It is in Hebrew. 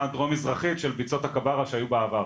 הדרום מזרחית של ביצות הכבארה שהיו בעבר.